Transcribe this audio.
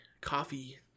coffee